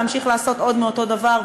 להמשיך לעשות עוד מאותו דבר,